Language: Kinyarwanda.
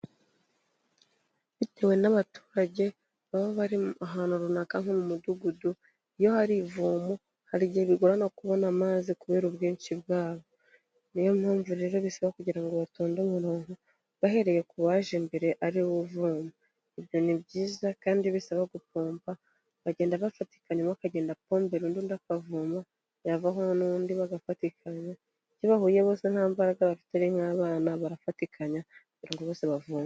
Bitewe n'abaturage baba bari ahantu runaka nko mu mudugudu. iyo hari ivomo hari igihe bigorana kubona amazi kubera ubwinshi bwabo, niyo mpamvu rero bisaba kugira ngo batonde umurongo bahereye ku baje mbere ariwe uvoma. Ibyo ni byiza kandi bisaba gupompa bagenda bafatikanya umwe akagenda apombera undi, undi akavoma yavahomo n'unundi bagafatikanya, iyo bahuye bose nta mbaraga bafite ari nk'abana barafatikanya kugira ngo bose bavome.